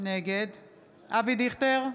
נגד אבי דיכטר,